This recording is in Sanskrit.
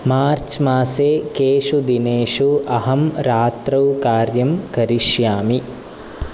मार्च् मासे केषु दिनेषु अहं रात्रौ कार्यं करिष्यामि